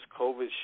COVID